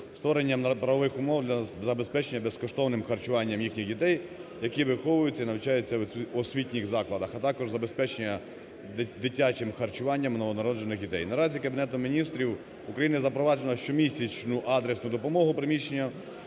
створення правових умов для забезпечення безкоштовним харчуванням їхніх дітей, які виховуються і навчаються в освітніх закладах, а також забезпечення дитячим харчуванням новонароджених дітей. Наразі Кабінетом Міністрів України запроваджено щомісячну адресну допомогу переміщеним